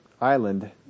island